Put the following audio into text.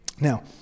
Now